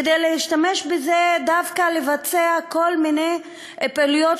כדי להשתמש בזה דווקא לבצע כל מיני פעילויות